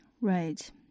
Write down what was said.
Right